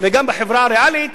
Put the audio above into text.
וגם בחברה הריאלית